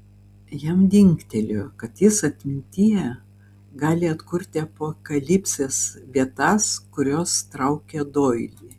jam dingtelėjo kad jis atmintyje gali atkurti apokalipsės vietas kurios traukė doilį